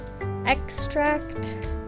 extract